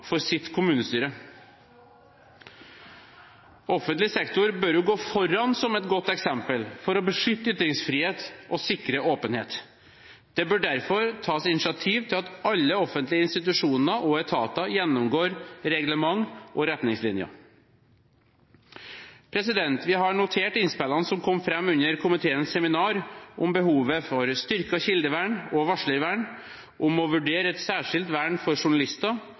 for sitt kommunestyre. Offentlig sektor bør jo gå foran som et godt eksempel for å beskytte ytringsfrihet og sikre åpenhet. Det bør derfor tas initiativ til at alle offentlige institusjoner og etater gjennomgår reglement og retningslinjer. Vi har notert innspillene som kom fram under komiteens seminar, om behovet for styrket kildevern og varslervern, om å vurdere et særskilt vern for journalister